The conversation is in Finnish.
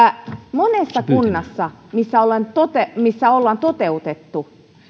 monessa kunnassa missä ollaan toteutettu